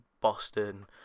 Boston